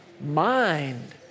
mind